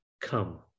come